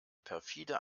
perfide